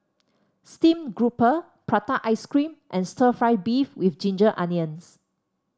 Steamed Grouper Prata Ice Cream and stir fry beef with Ginger Onions